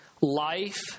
life